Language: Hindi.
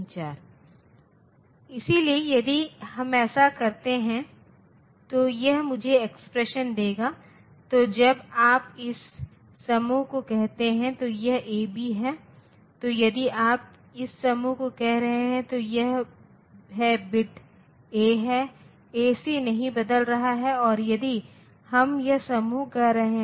क्योंकि यदि मैं 4 बिट नंबर सिस्टम में 0 का प्रतिनिधित्व लेता हूं तो संख्या 0000 है अगर मैं 1's कॉम्प्लीमेंट लेता हूं तो यह सभी 1 हो जाएगा और यह 0 का प्रतिनिधित्व करता है